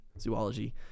zoology